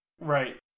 Right